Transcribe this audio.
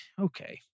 Okay